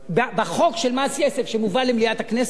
בחוק של מס יסף, שמובא למליאת הכנסת,